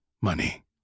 money